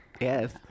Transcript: Yes